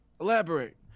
Elaborate